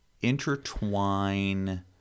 intertwine